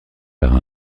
par